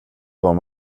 var